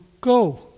go